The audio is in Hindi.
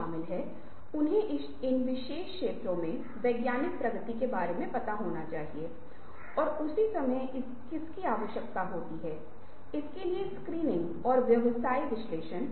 संगीत में भी उस तरह की बात होती है जहाँ आप देखते हैं कि एक विशेष प्रकार के संगीत ने एक नए तरह के संगीत को जन्म दिया है ऐसा इसलिए है क्योंकि संगीत को देखने का तरीका बदल गया है इसलिए नए दृष्टिकोण है